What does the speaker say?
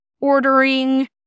ordering